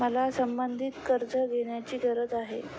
मला संबंधित कर्ज घेण्याची गरज आहे